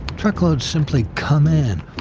truckloads simply come in,